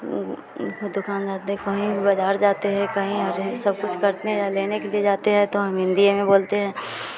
दुकानदार देखो ही बाज़ार जाते हैं कहीं अरे सब कुछ करते हैं लेने के लिए जाते हैं तो हम हिन्दी में बोलते हैं